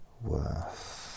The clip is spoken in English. worth